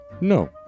No